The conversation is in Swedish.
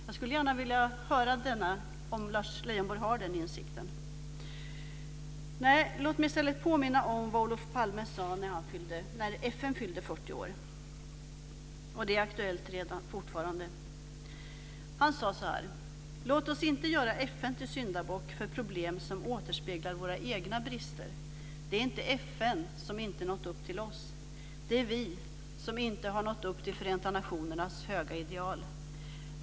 Jag skulle gärna vilja höra om Lars Leijonborg har den insikten. Nej, låt mig i stället påminna om vad Olof Palme sade när FN fyllde 40 år, och det är fortfarande aktuellt. Han sade så här: "Låt oss inte göra FN till syndabock för problem som återspeglar våra egna brister. Det är inte FN som inte nått upp till oss. Det är vi som inte har nått upp till Förenta Nationernas höga ideal.